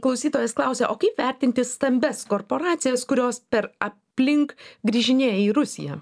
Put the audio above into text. klausytojas klausia o kaip vertinti stambias korporacijas kurios per aplink grįžinėja į rusiją